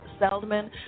Seldman